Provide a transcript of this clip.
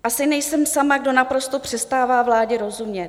Asi nejsem sama, kdo naprosto přestává vládě rozumět.